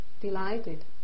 delighted